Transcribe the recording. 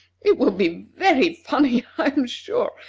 it will be very funny, i am sure,